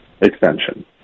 extension